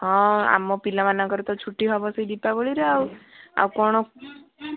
ହଁ ଆମ ପିଲାମାନଙ୍କର ତ ଛୁଟି ହେବ ସେଇ ଦୀପାବଳିରେ ଆଉ ଆଉ କ'ଣ